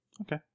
Okay